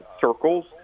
circles